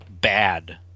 bad